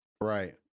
Right